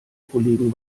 kollegen